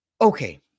Okay